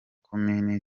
komini